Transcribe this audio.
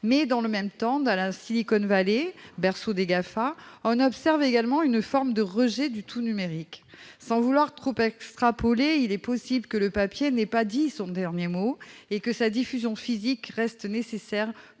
Or, dans le même temps, dans la Silicon Valley, berceau des Gafa, on observe une forme de rejet du tout numérique. Sans vouloir extrapoler, il est possible que le papier n'ait pas dit son dernier mot et que sa diffusion physique reste nécessaire